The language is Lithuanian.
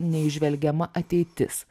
neįžvelgiama ateitis